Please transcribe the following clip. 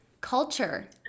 culture